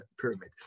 pyramid